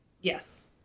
Yes